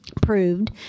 proved